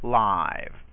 live